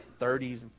30s